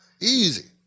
Easy